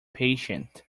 patient